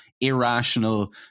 Irrational